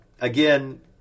Again